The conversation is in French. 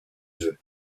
œufs